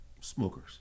smokers